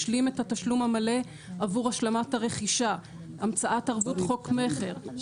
השלים את התשלום המלא עבור השלמת הרכישה המצאת ערבות חוק מכר,